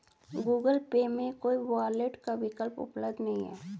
Google Pay में कोई wallet का विकल्प उपलब्ध नहीं है